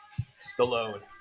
Stallone